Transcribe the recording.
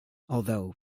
although